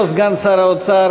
שר האוצר,